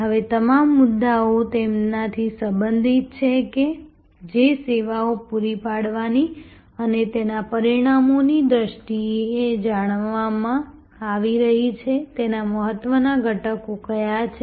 હવે આ તમામ મુદ્દાઓ તેનાથી સંબંધિત છે કે જે સેવા પૂરી પાડવાની છે તેના પરિણામોની દ્રષ્ટિએ જણાવવામાં આવી રહી છે તેનાં મહત્વનાં ઘટકો કયા છે